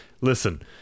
Listen